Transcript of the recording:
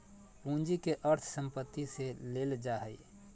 पूंजी के अर्थ संपत्ति से लेल जा हइ